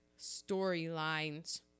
storylines